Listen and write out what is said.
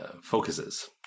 focuses